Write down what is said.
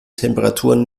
temperaturen